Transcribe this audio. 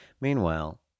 Meanwhile